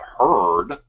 heard